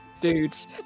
dudes